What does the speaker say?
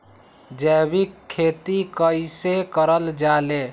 जैविक खेती कई से करल जाले?